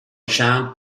young